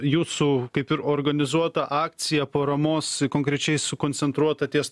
jūsų kaip ir organizuota akcija paramos konkrečiai sukoncentruota ties